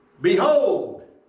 Behold